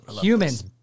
humans